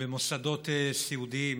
במוסדות סיעודיים